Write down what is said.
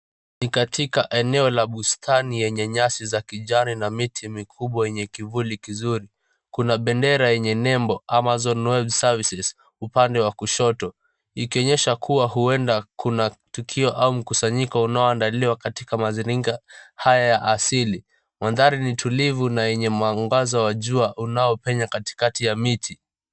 Ni katika eneo la bustani lenye nyasi za kijani na miti mikubwa yenye kivuli kizuri. Kuna bendera yenye nembo, Amazon World Services upande wa kushoto ikionyesha kuwa huenda kuna tukio au mkusanyiko unaoandaliwa katika mazininga haya ya asili. Mandhari ni tulivu na yenye mwangaza wa jua unaopenya katikati ya miti.